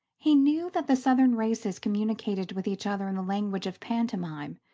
he knew that the southern races communicated with each other in the language of pantomime,